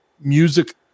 music